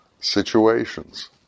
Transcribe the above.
situations